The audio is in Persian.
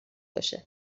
باشه